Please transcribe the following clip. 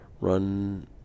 run